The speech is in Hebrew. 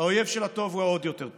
האויב של הטוב הוא העוד-יותר טוב.